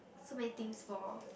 so many things for